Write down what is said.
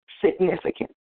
significant